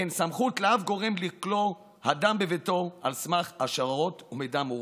אין סמכות לאף גורם לכלוא אדם בביתו על סמך השערות ומידע מעורפל.